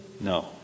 no